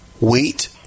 wheat